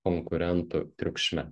konkurentų triukšme